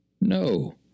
No